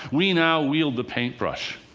we now wield the paintbrush.